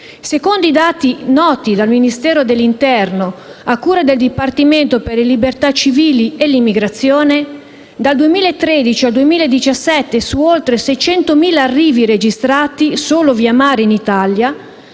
Secondo i dati resi noti dal Ministero dell'interno a cura del Dipartimento per le libertà civili e l'immigrazione, dal 2013 al 2017 su oltre 600.000 arrivi registrati solo via mare in Italia,